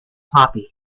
poppy